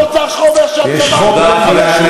שר האוצר שלך אומר שהצבא מלא שומנים,